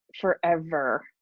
forever